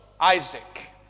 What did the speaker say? Isaac